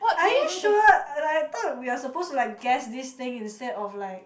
are you sure like I thought we are supposed to like guess this thing instead of like